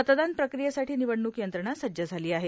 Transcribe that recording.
मतदान प्रक्रियेसाठी भिवडणूक यंत्रणा सज्ज झाला आहे